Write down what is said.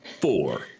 four